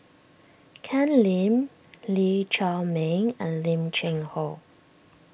Ken Lim Lee Chiaw Meng and Lim Cheng Hoe